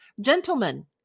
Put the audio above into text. Gentlemen